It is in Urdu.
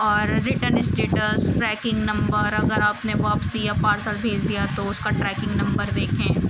اور ریٹرن اسٹیٹس ٹریکنگ نمبر اگر آپ نے واپسی یا پارسل بھیج دیا تو اس کا ٹریکنگ نمبر دیکھیں